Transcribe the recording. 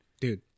Dude